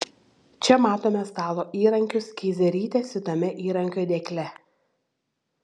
čia matome stalo įrankius keizerytės siūtame įrankių dėkle